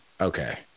Okay